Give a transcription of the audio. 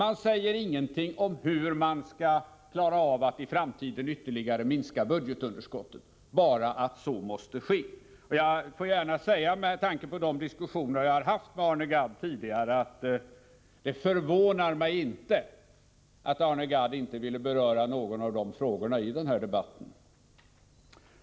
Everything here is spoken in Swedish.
Man säger ingenting om hur man skall klara av att i framtiden ytterligare minska budgetunderskottet, bara att så måste ske. Med tanke på de diskussioner som jag har haft med Arne Gadd tidigare vill jag gärna säga att det inte förvånar mig att Arne Gadd inte ville beröra någon av dessa frågor i den debatten.